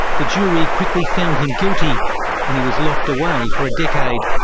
the jury quickly found him guilty and he was locked away for a decade.